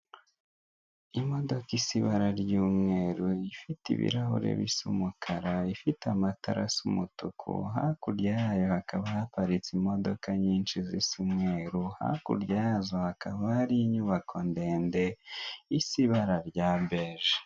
Imodoka isa ibara ry'umweru ifite ibirahure bisa umukara, ifite amatara asa umutuku, hakurya yayo hakaba haparitse imodoka nyinshi zisa umweru, hakurya yazo hakaba hari inyubako ndende isa iba rya beje.